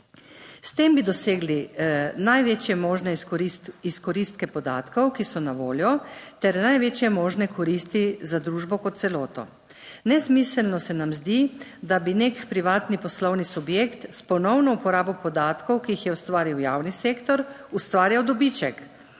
S tem bi dosegli največje možne izkoristke podatkov, ki so na voljo, ter največje možne koristi za družbo kot celoto. Nesmiselno se nam zdi, da bi nek privatni poslovni subjekt s ponovno uporabo podatkov, ki jih je ustvaril javni sektor, ustvarjal dobiček,